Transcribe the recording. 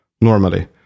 normally